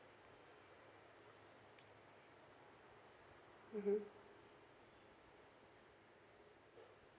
mm